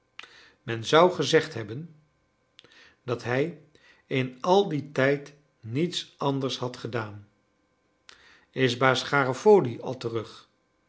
men zou gezegd hebben dat hij in al dien tijd niets anders had gedaan is baas garofoli al terug